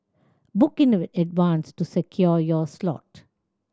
book in advance to secure your slot